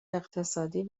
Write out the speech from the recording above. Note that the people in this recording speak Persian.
اقتصادی